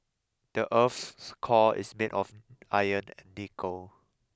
the earth's core is made of iron and nickel